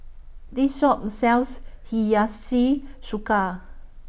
This Shop sells